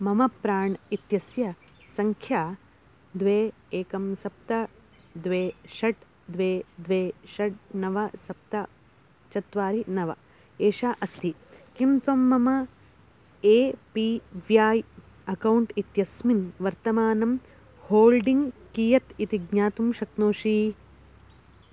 मम प्राण् इत्यस्य सङ्ख्या द्वे एकं सप्त द्वे षट् द्वे द्वे षट् नव सप्त चत्वारि नव एषा अस्ति किं त्वं मम ए पी व्याय् अकौण्ट् इत्यस्मिन् वर्तमानं होल्डिङ्ग् कीयत् इति ज्ञातुं शक्नोषि